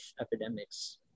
epidemics